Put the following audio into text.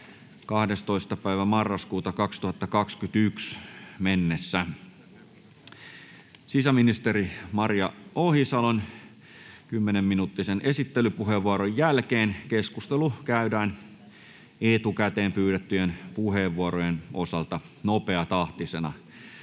marraskuuta 2021 mennessä. Sisäministeri Maria Ohisalon kymmenenminuuttisen esittelypuheenvuoron jälkeen keskustelu käydään etukäteen pyydettyjen puheenvuorojen osalta nopeatahtisena.